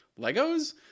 Legos